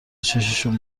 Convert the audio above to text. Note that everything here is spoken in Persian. چششون